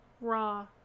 raw